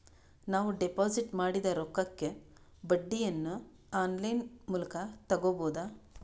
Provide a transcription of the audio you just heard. ನಾವು ಡಿಪಾಜಿಟ್ ಮಾಡಿದ ರೊಕ್ಕಕ್ಕೆ ಬಡ್ಡಿಯನ್ನ ಆನ್ ಲೈನ್ ಮೂಲಕ ತಗಬಹುದಾ?